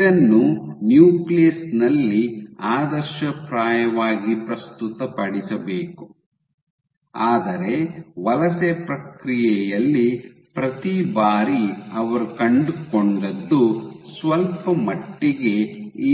ಇದನ್ನು ನ್ಯೂಕ್ಲಿಯಸ್ ನಲ್ಲಿ ಆದರ್ಶಪ್ರಾಯವಾಗಿ ಪ್ರಸ್ತುತಪಡಿಸಬೇಕು ಆದರೆ ವಲಸೆ ಪ್ರಕ್ರಿಯೆಯಲ್ಲಿ ಪ್ರತಿ ಬಾರಿ ಅವರು ಕಂಡುಕೊಂಡದ್ದು ಸ್ವಲ್ಪಮಟ್ಟಿಗೆ